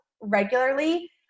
regularly